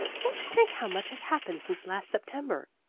just think how much has happened since last september!